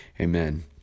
Amen